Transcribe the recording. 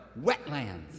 wetlands